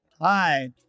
Hi